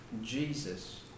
Jesus